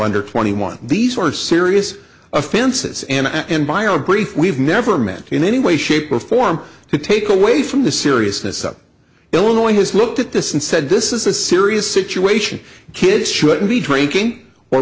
under twenty one these are serious offenses and violent grief we've never met in any way shape or form to take away from the seriousness of illinois has looked at this and said this is a serious situation kids shouldn't be drinking or